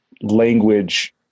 language